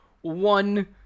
One